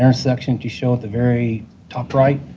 intersection you show at the very top right